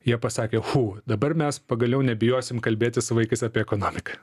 jie pasakė chu dabar mes pagaliau nebijosim kalbėti su vaikais apie ekonomiką